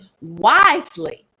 wisely